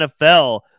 nfl